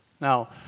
Now